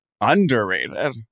underrated